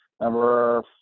Number